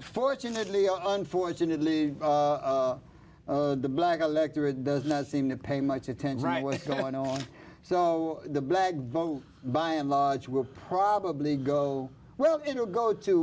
fortunately or unfortunately the black electorate does not seem to pay much attention right what's going on so the black vote by and large will probably go well in a go to